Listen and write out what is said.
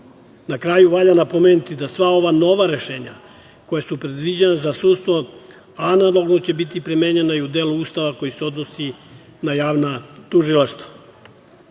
kraju, valja napomenuti da sva ova nova rešenja koja su predviđena za sudstvo analogno će biti primenjena i u delu Ustava koji se odnosi na javna tužilaštva. Druge